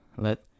Let